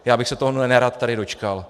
Já bych se tohoto nerad tady dočkal!